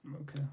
Okay